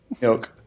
milk